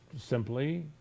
simply